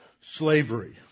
slavery